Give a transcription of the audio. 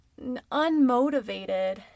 unmotivated